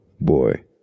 Boy